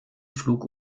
flug